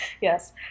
Yes